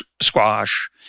squash